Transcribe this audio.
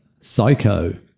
Psycho